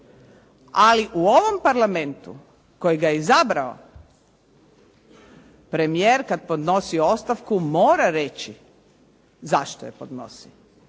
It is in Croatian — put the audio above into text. ali u ovom Parlamentu koji ga je izabrao, premijer kad podnosi ostavku mora reći zašto je podnosi.